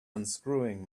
unscrewing